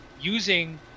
using